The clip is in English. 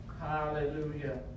Hallelujah